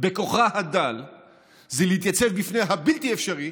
בכוחה הדל זה להתייצב בפני הבלתי-אפשרי,